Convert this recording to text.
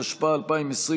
התשפ"א 2020,